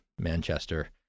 Manchester